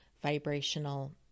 vibrational